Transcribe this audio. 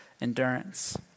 endurance